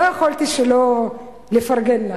לא יכולתי שלא לפרגן לך.